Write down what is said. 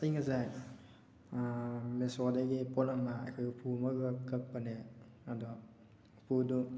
ꯑꯩ ꯉꯁꯥꯏ ꯃꯦꯁꯣꯗꯒꯤ ꯄꯨꯠ ꯑꯃ ꯑꯩꯈꯣꯏ ꯎꯄꯨ ꯑꯃꯈꯛ ꯀꯛꯄꯅꯦ ꯑꯗꯣ ꯎꯄꯨꯗꯨ